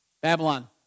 Babylon